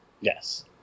Yes